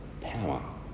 power